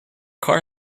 car